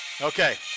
Okay